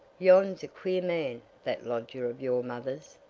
yon's a queer man, that lodger of your mother's,